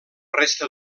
resta